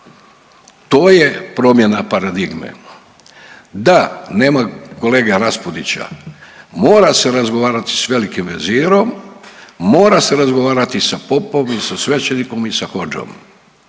To je promjena paradigme. Da, nema kolege Raspudića, mora se razgovarati s velikim vezirom, mora se razgovarati sa popom, sa svećenikom i sa hodžom,